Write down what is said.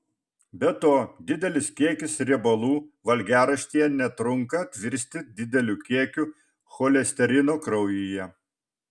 be to didelis kiekis riebalų valgiaraštyje netrunka virsti dideliu kiekiu cholesterino kraujyje